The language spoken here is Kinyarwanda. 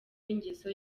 n’ingeso